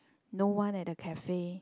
no one at the cafe